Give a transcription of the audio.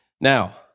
Now